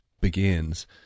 begins